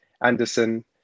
Anderson